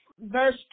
Verse